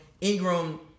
Ingram